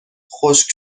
خشک